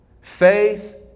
Faith